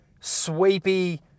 sweepy